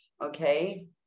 okay